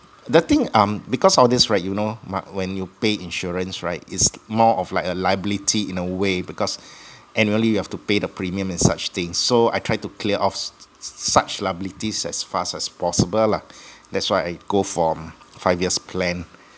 the thing um because all these right you know my when you pay insurance right is more of like a liability in a way because annually you have to pay the premium and such things so I try to clear off such liabilities as fast as possible lah that's why I go for um five years plan